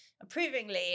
approvingly